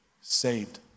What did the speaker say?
saved